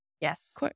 Yes